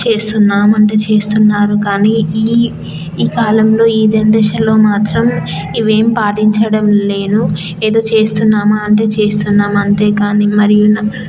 చేస్తున్నామంటే చేస్తున్నారు కానీ ఈ ఈ కాలంలో ఈ జనరేషన్లో మాత్రం ఇవి ఏమి పాటించడం లేదు ఏదో చేస్తున్నామా అంటే చేస్తున్నాము అంతే కానీ మరియు